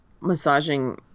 massaging